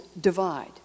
divide